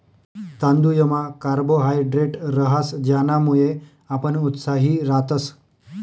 तांदुयमा कार्बोहायड्रेट रहास ज्यानामुये आपण उत्साही रातस